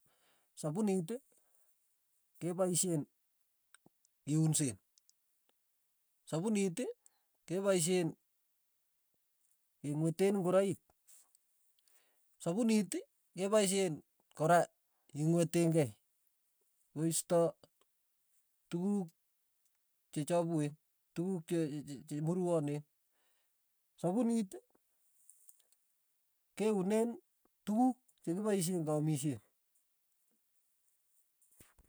Sapunit kepaushen kiunsen, sapunit kepaishen kemweten ngoroik, sapunit keopishen kora kemweten kei, koista tukuk che chapuen, tukuk che- che- che purwonen, sapunit keunen tukuk chekipaishen keamishen.